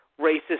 racist